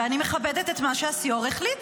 ואני מכבדת את מה שהסיו"ר החליט.